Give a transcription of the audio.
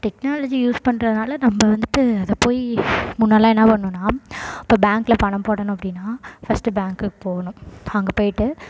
technology use பண்ணுறதுனால நம்ம வந்துட்டு அதை போய் முன்னாடில்லாம் என்ன பண்ணிணோம்னா இப்போ பேங்க்கில் பணம் போடணும் அப்படினா ஃபஸ்ட்டு பேங்க்குக்கு போகணும் அங்கே போய்விட்டு